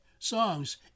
songs